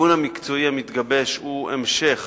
הכיוון המקצועי המתגבש הוא המשך,